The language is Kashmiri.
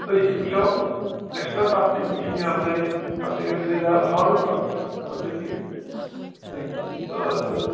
أسۍ تہِ وٕچھو اَسہِ چھُ نَہ تَتھ تہِ وٕچھُن یہ ہَسا یہِ تَتھ تہِ گژھِ خریدار ژھانٛڈُن تَتھ قۄدرٔتی آد سا